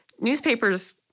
newspapers